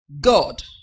God